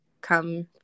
come